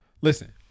Listen